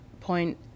point